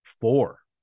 Four